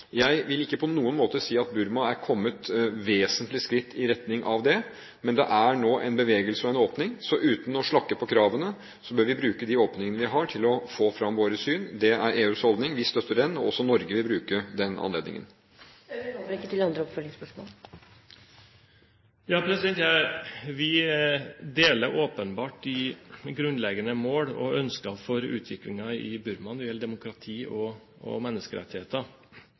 Jeg vil ikke på noen måte si at Burma er kommet vesentlige skritt i retning av det, men det er nå en bevegelse og en åpning. Så uten å slakke på kravene bør vi bruke de åpningene vi har, til å få fram våre syn. Det er EUs holdning. Vi støtter den. Også Norge vil bruke den anledningen. Vi deler åpenbart de grunnleggende mål og ønsker for utviklingen i Burma når det gjelder demokrati og menneskerettigheter.